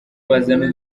bazana